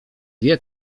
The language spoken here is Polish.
wie